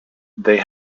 they